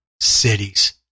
cities